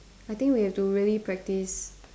I think we have to really practice